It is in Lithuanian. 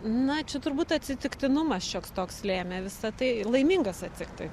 na čia turbūt atsitiktinumas šioks toks lėmė visa tai laimingas atsitik